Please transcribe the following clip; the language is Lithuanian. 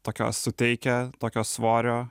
tokios suteikia tokio svorio